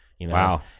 Wow